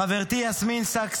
(איסור קבלת תרומות מיישוב שיתופי),